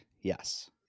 Yes